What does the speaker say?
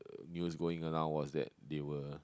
news going around was that they were